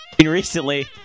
recently